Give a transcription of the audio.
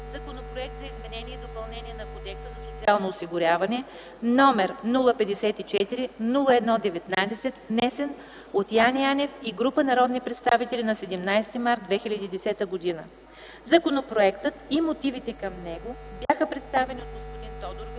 Законопроект за изменение и допълнение на Кодекса за социално осигуряване, № 054-01-19, внесен от Яне Янев и група народни представители на 17 март 2010 г. Законопроектът и мотивите към него бяха представени от господин Тодор Великов,